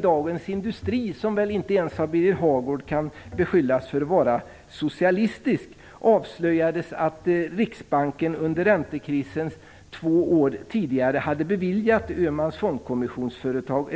Dagens Industri, som väl inte ens av Birger Hagård kan beskyllas för att vara socialistisk, avslöjades att Riksbanken under räntekrisen två år tidigare hade beviljat Öhmans fondkommission